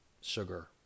sugar